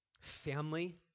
Family